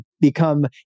become